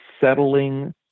settling